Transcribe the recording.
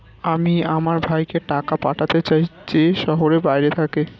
আমি আমার ভাইকে টাকা পাঠাতে চাই যে শহরের বাইরে থাকে